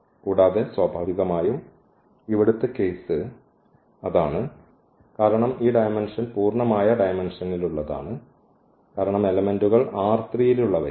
കൂടാതെ സ്വാഭാവികമായും ഇവിടുത്തെ കേസ് അതാണ് കാരണം ഈ ഡയമെന്ഷൻ പൂർണ്ണമായ ഡയമെന്ഷൻലുള്ളതാണ് കാരണം എലെമെന്റുകൾ യിലുള്ളവയാണ്